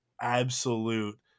absolute